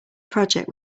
project